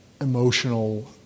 emotional